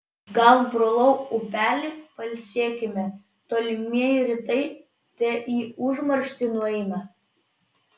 gal brolau upeli pailsėkime tolimieji rytai te į užmarštį nueina